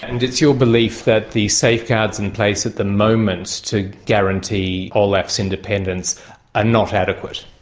and it's your belief that the safeguards in place at the moment to guarantee olaf's independence are not adequate?